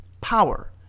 power